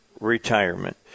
retirement